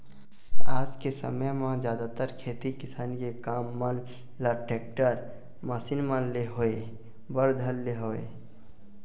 आज के समे म जादातर खेती किसानी के काम मन ल टेक्टर, मसीन मन ले होय बर धर ले हवय